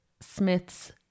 Smith's